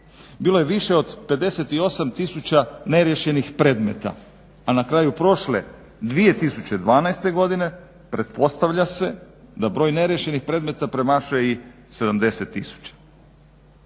bilo je više od 58000 neriješenih predmeta, a na kraju prošle 2012. godine pretpostavlja se da broj neriješenih predmeta premašuje i 70000.